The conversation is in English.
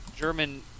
German